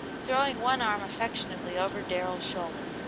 throwing one arm affectionately over darrell's shoulder,